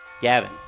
Gavin